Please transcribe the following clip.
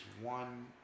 one